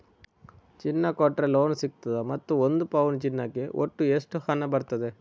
ಚಿನ್ನ ಕೊಟ್ರೆ ಲೋನ್ ಸಿಗ್ತದಾ ಮತ್ತು ಒಂದು ಪೌನು ಚಿನ್ನಕ್ಕೆ ಒಟ್ಟು ಎಷ್ಟು ಹಣ ಬರ್ತದೆ?